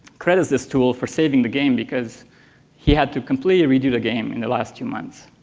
credits this tool for saving the game, because he had to completely redo the game in the last two months.